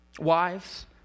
Wives